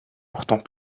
pourtant